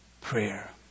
prayer